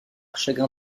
chagrin